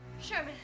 Sherman